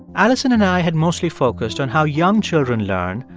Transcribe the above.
alison and i had mostly focused on how young children learn,